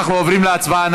אנחנו עוברים להצבעה.